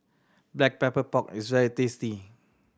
Black Pepper Pork is very tasty